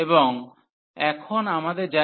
এবং এখন আমাদের যাই হোক না কেন x1